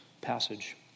passage